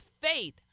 faith